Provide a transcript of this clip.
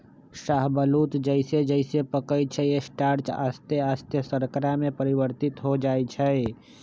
शाहबलूत जइसे जइसे पकइ छइ स्टार्च आश्ते आस्ते शर्करा में परिवर्तित हो जाइ छइ